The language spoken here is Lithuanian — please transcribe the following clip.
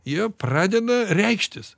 jie pradeda reikštis